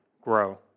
grow